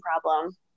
problem